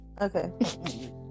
Okay